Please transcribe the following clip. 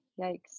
Yikes